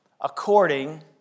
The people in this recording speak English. according